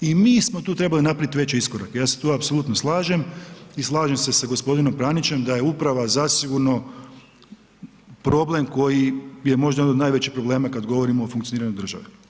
I mi smo tu trebali napraviti veće iskorake, ja se tu apsolutno slažem i slažem se sa g. Pranićem da je uprava zasigurno problem koji je možda jedan od najvećih problema kad govorimo o funkcioniranju države.